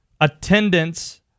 attendance